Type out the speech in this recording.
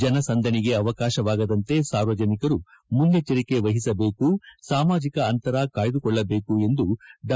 ಜನಸಂದಣಿಗೆ ಅವಕಾಶವಾಗದಂತೆ ಸಾರ್ವಜನಿಕರು ಮುನ್ನೆಚ್ಚರಿಕೆ ವಹಿಸಬೇಕು ಸಾಮಾಜಿಕ ಅಂತರ ಕಾಯ್ದುಕೊಳ್ಳಬೇಕು ಎಂದು ಡಾ